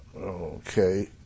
Okay